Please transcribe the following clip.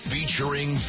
Featuring